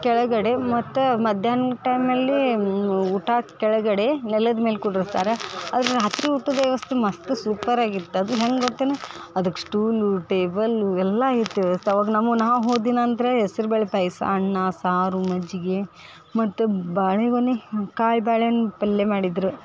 ಕೆಳಗಡೆ ಮತ್ತು ಮಧ್ಯಾಹ್ನ ಟೈಮ್ನಲ್ಲಿ ಊಟ ಕೆಳಗಡೆ ನೆಲದ ಮೇಲೆ ಕುಂದ್ರಸ್ತಾರೆ ಆದ್ರೆ ರಾತ್ರಿ ಊಟದ ವ್ಯವಸ್ಥೆ ಮಸ್ತ್ ಸೂಪರ್ ಆಗಿತ್ತು ಅದು ಹೆಂಗೆ ಗೊತ್ತೇನು ಅದಕ್ಕೆ ಸ್ಟೂಲು ಟೇಬಲ್ಲು ಎಲ್ಲ ಐತೆ ವ್ಯವಸ್ಥೆ ಅವಾಗ ನಮ್ಮ ನಾವು ಹೋದ ದಿನ ಅಂದರೆ ಹೆಸ್ರ್ ಬೇಳೆ ಪಾಯಾಸ ಅನ್ನ ಸಾರು ಮಜ್ಜಿಗೆ ಮತ್ತು ಬಾಳೆಗೊನೆ ಕಾಯಿ ಬಾಳೆಣ್ಣು ಪಲ್ಯ ಮಾಡಿದ್ರು